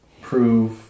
prove